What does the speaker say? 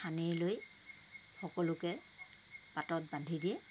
সানি লৈ সকলোকে পাতত বান্ধি দিয়ে